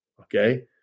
Okay